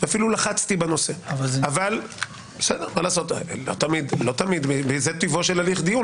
ואפילו לחצתי בנושא --- אבל זה --- זה טיבו של הליך דיון,